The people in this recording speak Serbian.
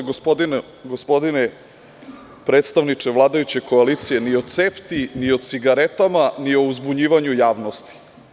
Gospodine predstavniče vladajuće koalicije, ne radi se ovde ni o CEFTA, ni o cigaretama, ni o uzbunjivanju javnosti.